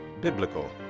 biblical